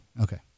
Okay